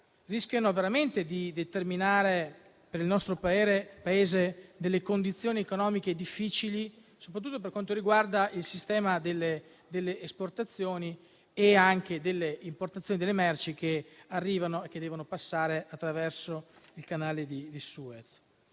rischiano veramente di determinare per il nostro Paese delle condizioni economiche difficili. Ciò soprattutto per quanto riguarda il sistema delle esportazioni e anche delle importazioni delle merci che arrivano e devono passare attraverso il canale di Suez.